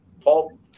Paul